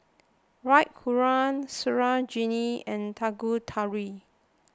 Raghuram Sarojini and Tanguturi